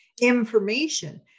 information